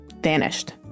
vanished